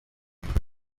nyito